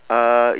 uh